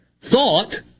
thought